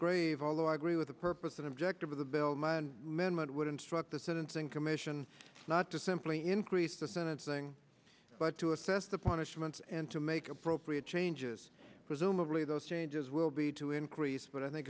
grave although i agree with the purpose of objective of the bill my men would instruct the sentencing commission not to simply increase the sentencing but to assess the punishments and to make appropriate changes presumably those changes will be to increase but i think